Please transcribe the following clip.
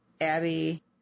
Abby